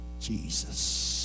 Jesus